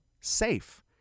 SAFE